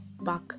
back